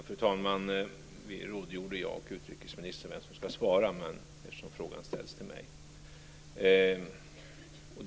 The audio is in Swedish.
Fru talman! Vi rådgjorde, jag och utrikesministern, om vem som ska svara, men eftersom frågan ställs till mig gör jag det.